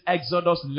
Exodus